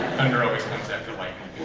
thunder always comes after lightning.